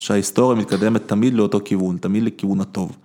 שההיסטוריה מתקדמת תמיד לאותו כיוון, תמיד לכיוון הטוב.